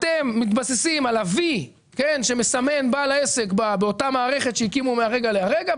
אתם מתבססים על ה"וי" שמסמן בעל העסק באותה מערכת שהקימו מהרגע להרגע,